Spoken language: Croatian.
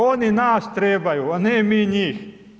Oni nas trebaju, a ne mi njih.